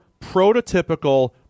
prototypical